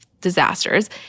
disasters—